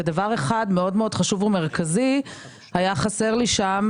ודבר אחד מאוד מאוד חשוב ומרכזי היה חסר לי שם,